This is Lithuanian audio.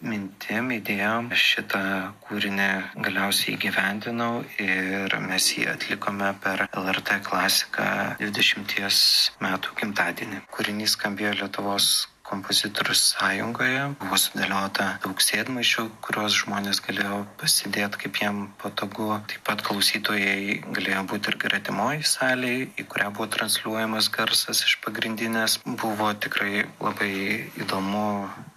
mintim idėjom šitą kūrinį galiausiai įgyvendinau ir mes jį atlikome per lrt klasiką dvidešimties metų gimtadienį kūrinys skambėjo lietuvos kompozitorių sąjungoje buvo sudėliota daug sėdmaišių kuriuos žmonės galėjo pasidėt kaip jiem patogu taip pat klausytojai galėjo būt ir gretimoj salėj į kurią buvo transliuojamas garsas iš pagrindinės buvo tikrai labai įdomu